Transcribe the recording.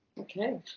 Okay